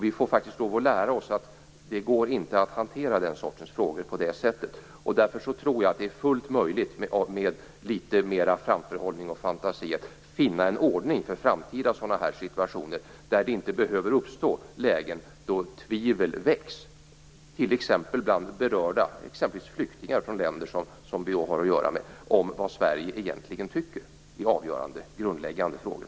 Vi får faktiskt lov att lära oss att det inte går att hantera den sortens frågor på det sättet. Därför tror jag att det med litet mera framförhållning och fantasi är fullt möjligt att finna en framtida ordning för sådana här situationer där det inte behöver uppstå lägen då tvivel väcks, t.ex. bland flyktingar från länder som vi har att göra med, om vad Sverige egentligen tycker i avgörande, grundläggande frågor.